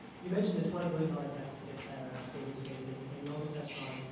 you mentioned the twenty billion dollars deficit that our state is facing, and you also touched on,